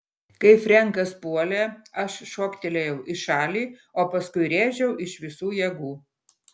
kai frenkas puolė aš šoktelėjau į šalį o paskui rėžiau iš visų jėgų